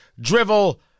drivel